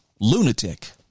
lunatic